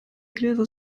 gläser